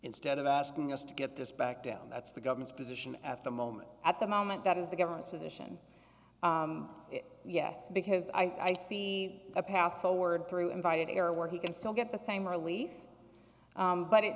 instead of asking us to get this back down that's the government's position at the moment at the moment that is the government's position yes because i see a path forward through invited area where he can still get the same release but it